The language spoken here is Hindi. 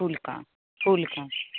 फूल का फूल का